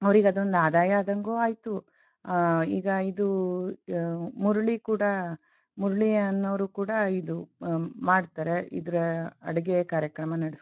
ಅವ್ರಿಗದೊಂದು ಆದಾಯ ಆದಂಗೂ ಆಯಿತು ಈಗ ಇದು ಮುರುಳಿ ಕೂಡ ಮುರುಳಿ ಅನ್ನೋರು ಕೂಡ ಇದು ಮಾಡ್ತಾರೆ ಇದರ ಅಡಿಗೆ ಕಾರ್ಯಕ್ರಮ ನಡೆಸ್ಕೊಡ್ತಾರೆ